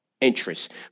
interest